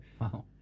Wow